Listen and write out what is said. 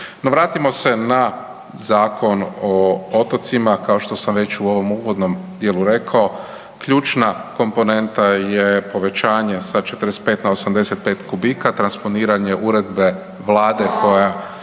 vratimo se na Zakon o otocima, kao što sam već u ovom uvodnom dijelu rekao, ključna komponenta je povećanje sa 45 na 85 kubika, transponiranje uredbe Vlade koja